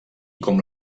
com